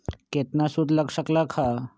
केतना सूद लग लक ह?